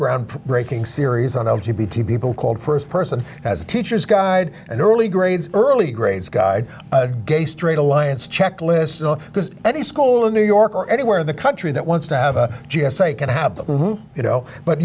ground breaking series on o t t people called first person as a teacher's guide and early grades early grades guide gay straight alliance check list because any school in new york or anywhere in the country that wants to have a g s a can have them you know but